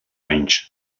anys